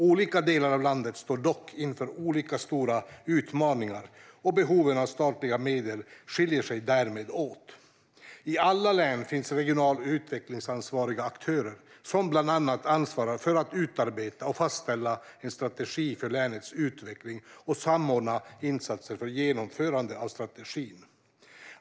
Olika delar av landet står dock inför olika stora utmaningar, och behoven av statliga medel skiljer sig därmed åt. I alla län finns regionalt utvecklingsansvariga aktörer som bland annat ansvarar för att utarbeta och fastställa en strategi för länets utveckling och samordna insatser för genomförandet av strategin.